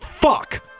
fuck